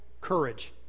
courage